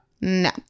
no